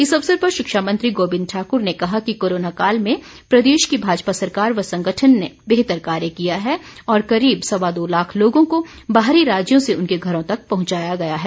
इस अवसर पर शिक्षा मंत्री गोबिंद ठाकुर ने कहा कि कोरोना काल में प्रदेश की भाजपा सरकार व संगठन ने बेहतर कार्य किया है और करीब सवा दो लाख लोगों को बाहरी राज्यों से उनके घरों तक पहंचाया गया है